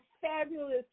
fabulous